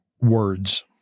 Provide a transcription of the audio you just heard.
words